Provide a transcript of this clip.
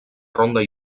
ronda